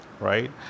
right